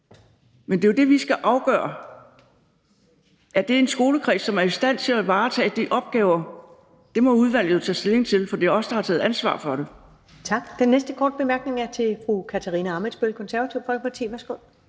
men det er jo det, vi skal afgøre, altså om det er en skolekreds, som er i stand til at varetage de opgaver. Det må udvalget jo tage stilling til, for det er os, der har taget ansvar for det.